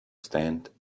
stand